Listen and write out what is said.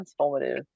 transformative